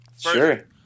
Sure